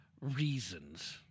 reasons